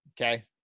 okay